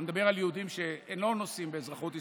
אני מדבר על יהודים שאינם נושאים באזרחות ישראלית,